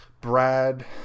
Brad